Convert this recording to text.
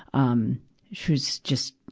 um she was just,